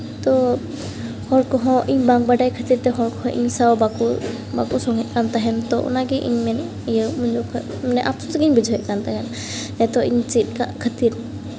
ᱛᱳ ᱦᱚᱲ ᱠᱚᱦᱚᱸ ᱤᱧ ᱵᱟᱝ ᱵᱟᱲᱟᱭ ᱠᱷᱟᱹᱛᱤᱨ ᱛᱮᱦᱚᱸ ᱤᱧ ᱥᱟᱶ ᱵᱟᱠᱚ ᱵᱟᱠᱚ ᱥᱚᱸᱜᱮᱜ ᱠᱟᱱ ᱛᱟᱦᱮᱱ ᱛᱚ ᱚᱱᱟᱜᱮ ᱤᱧᱤᱧ ᱢᱮᱱᱮᱫ ᱤᱭᱟᱹ ᱢᱟᱱᱮ ᱟᱯᱥᱳᱥ ᱜᱤᱧ ᱵᱩᱡᱷᱟᱹᱣᱮᱫ ᱠᱟᱱ ᱛᱟᱦᱮᱸᱜ ᱱᱤᱛᱚᱜ ᱤᱧ ᱪᱮᱫ ᱠᱟᱜ ᱠᱷᱟᱹᱛᱤᱨ